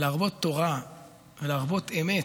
להרבות תורה ולהרבות אמת,